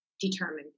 Determined